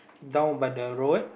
down by the road